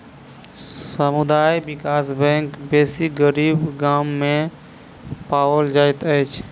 समुदाय विकास बैंक बेसी गरीब गाम में पाओल जाइत अछि